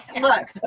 look